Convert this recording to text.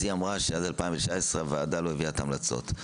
אז היא אמרה שעד 2019 הוועדה לא הביאה את ההמלצות.